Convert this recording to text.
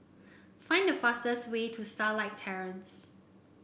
find the fastest way to Starlight Terrace